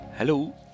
Hello